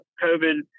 COVID